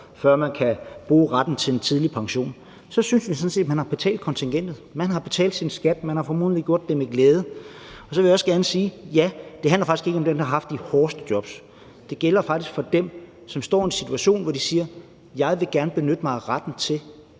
før man kan bruge retten til en tidlig pension, og så synes vi sådan set, at man har betalt kontingentet. Man har betalt sin skat, og man har formodentlig gjort det med glæde. Og så vil jeg også gerne sige, at ja, det handler faktisk ikke om dem, der har haft de hårdeste jobs; det gælder faktisk for dem, som står i en situation, hvor de siger, at de gerne vil benytte sig af retten til